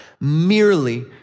merely